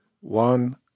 one